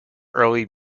early